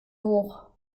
hoch